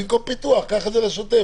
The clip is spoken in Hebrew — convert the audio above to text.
במקום פיתוח קח את זה לשוטף,